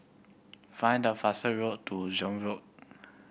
find the fastest road to Zion Road